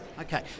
Okay